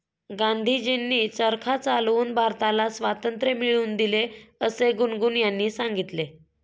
गांधीजींनी चरखा चालवून भारताला स्वातंत्र्य मिळवून दिले असे गुनगुन यांनी सांगितले